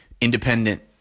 independent